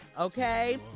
okay